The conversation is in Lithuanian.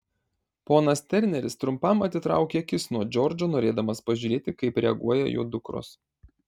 ponas terneris trumpam atitraukė akis nuo džordžo norėdamas pažiūrėti kaip reaguoja jo dukros